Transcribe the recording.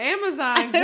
Amazon